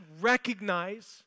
recognize